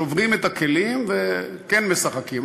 שוברים את הכלים וכן משחקים,